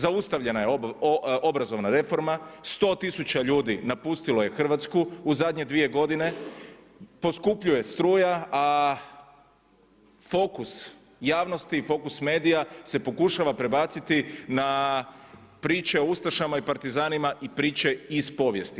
Zaustavljena je obrazovna reforma, 100 tisuća ljudi napustilo je Hrvatsku u zadnje dvije godine, poskupljuje struja a fokus javnosti i fokus medija se pokušava prebaciti na priče o ustašama i partizanima i priče iz povijesti.